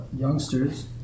youngsters